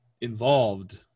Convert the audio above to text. involved